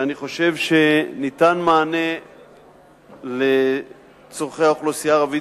אני חושב שניתן מענה לצורכי האוכלוסייה הערבית